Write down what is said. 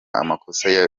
amakosa